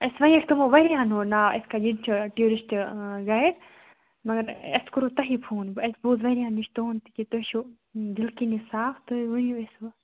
اسہِ وَنیاو تِمو وارہَن ہُنٛد ناو یِتھ کٕنۍ یِم چھٕ ٹوٗرِسٹہٕ گیِڈ مگر اسہٕ کوٚرُو تۄہی فون اسہِ بوٗز واریاہَن نِش تُہُنٛد کہِ تُہۍ چھِو دِل کِنہِ صاف تُہۍ ؤنِو اسہِ وۄنۍ